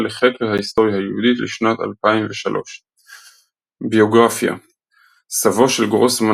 לחקר ההיסטוריה היהודית לשנת 2003. ביוגרפיה סבו של גרוסמן